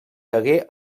hagué